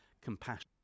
compassion